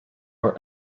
our